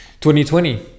2020